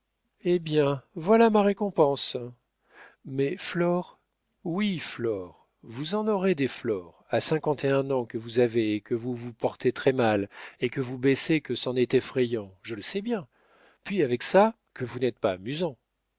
eh bien voilà ma récompense mais flore oui flore vous en aurez des flore à cinquante et un ans que vous avez et que vous vous portez très-mal et que vous baissez que c'en est effrayant je le sais bien puis avec ça que vous n'êtes pas amusant